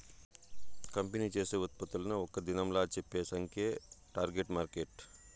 company చేసే ఉత్పత్తులను ఒక్క దినంలా చెప్పే సంఖ్యే టార్గెట్ మార్కెట్